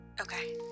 Okay